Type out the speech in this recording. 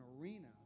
arena